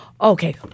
Okay